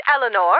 Eleanor